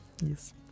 Yes